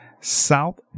South